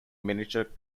miniature